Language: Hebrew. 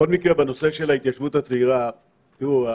בכל מקרה, בנושא של ההתיישבות הצעירה, תראו,